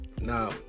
Now